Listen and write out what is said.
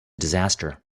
disaster